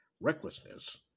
recklessness